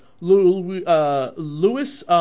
Lewis